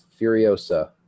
Furiosa